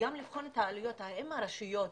גם לבחון את העלויות, האם הרשויות